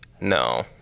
No